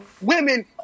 women